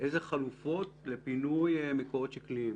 ומהן החלופות לפינוי מקורות שקליים.